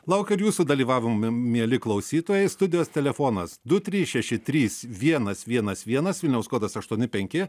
laukiu ir jūsų dalyvavim m mieli klausytojai studijos telefonas du trys šeši trys vienas vienas vienas vilniaus kodas aštuoni penki